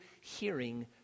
hearing